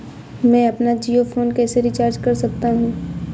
मैं अपना जियो फोन कैसे रिचार्ज कर सकता हूँ?